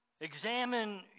examine